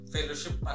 Fellowship